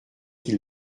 qu’il